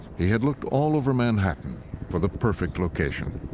he had looked all over manhattan for the perfect location.